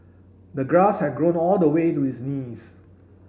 the grass had grown all the way to his knees